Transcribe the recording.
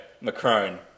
Macron